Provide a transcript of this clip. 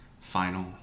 final